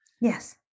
Yes